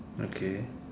okay